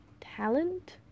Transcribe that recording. Talent